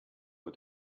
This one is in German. vor